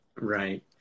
Right